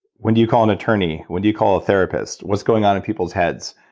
when do you call an attorney, when do you call a therapist, what's going on in people's heads,